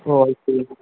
O I C